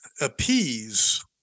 appease